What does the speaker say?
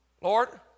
Lord